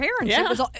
parents